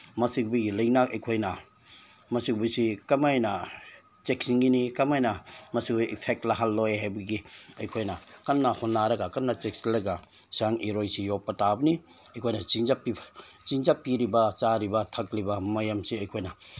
ꯃꯁꯤꯒꯨꯝꯕꯒꯤ ꯂꯥꯏꯅꯥ ꯑꯩꯈꯣꯏꯅ ꯃꯁꯤꯒꯨꯝꯕꯁꯤ ꯀꯃꯥꯏꯅ ꯆꯦꯟꯁꯤꯟꯒꯅꯤ ꯀꯃꯥꯏꯅ ꯃꯁꯤꯕꯨ ꯏꯐꯦꯛ ꯂꯥꯛꯍꯜꯂꯣꯏ ꯍꯥꯏꯕꯒꯤ ꯑꯩꯈꯣꯏꯅ ꯀꯟꯅ ꯍꯣꯠꯅꯔꯒ ꯀꯟꯅ ꯆꯦꯛꯁꯤꯜꯂꯒ ꯁꯟ ꯏꯔꯣꯏꯁꯤ ꯌꯣꯛꯄ ꯇꯥꯕꯅꯤ ꯑꯩꯈꯣꯏꯅ ꯆꯤꯟꯖꯥꯛ ꯄꯤꯕ ꯆꯤꯟꯖꯥꯛ ꯄꯤꯔꯤꯕ ꯆꯥꯔꯤꯕ ꯊꯛꯂꯤꯕ ꯃꯌꯥꯝꯁꯤ ꯑꯩꯈꯣꯏꯅ